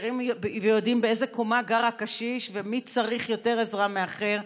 מכירים ויודעים באיזו קומה גר הקשיש ומי צריך יותר עזרה מהאחר,